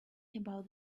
about